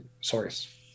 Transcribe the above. source